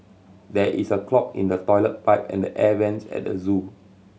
there is a clog in the toilet pipe and the air vents at the zoo